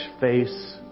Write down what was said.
face